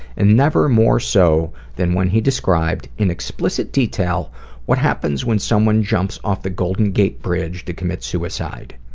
and never more so than when he described in explicit detail what happens when someone jumps off the golden gate bridge to commit suicide.